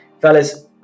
Fellas